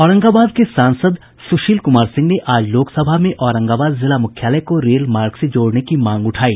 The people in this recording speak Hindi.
औरंगाबाद के सांसद सुशील कुमार सिंह ने आज लोकसभा में औरंगाबाद जिला मुख्यालय को रेल मार्ग से जोड़ने की मांग उठायी